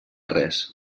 res